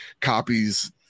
copies